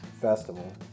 festival